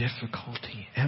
difficulty